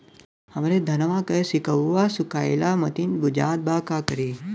हमरे धनवा के सीक्कउआ सुखइला मतीन बुझात बा का करीं?